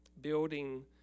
Building